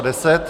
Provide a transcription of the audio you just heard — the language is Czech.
10.